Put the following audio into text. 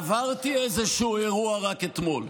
עברתי איזשהו אירוע רק אתמול.